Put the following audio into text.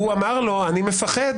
והוא אמר לו: אני מפחד